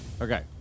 Okay